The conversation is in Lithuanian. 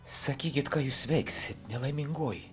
sakykit ką jūs veiksit nelaimingoji